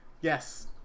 Yes